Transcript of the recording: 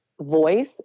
voice